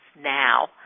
now